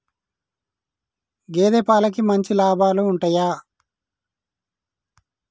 గేదే పాలకి మంచి లాభాలు ఉంటయా?